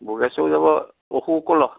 ভোগেশ্বৰো যাব অশোককো ল